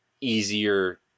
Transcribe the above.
easier